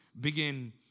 begin